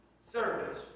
service